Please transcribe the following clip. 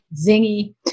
zingy